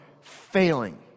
failing